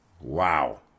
Wow